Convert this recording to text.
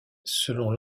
selon